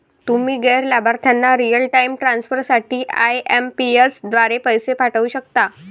तुम्ही गैर लाभार्थ्यांना रिअल टाइम ट्रान्सफर साठी आई.एम.पी.एस द्वारे पैसे पाठवू शकता